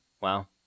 wow